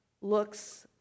looks